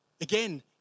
again